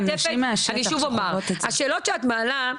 אני שוב אומר, השאלות שאת מעלה,